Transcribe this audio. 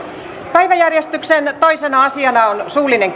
päiväjärjestyksen toisena asiana on suullinen